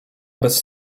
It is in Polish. bez